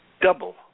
double